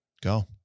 Go